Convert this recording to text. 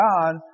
God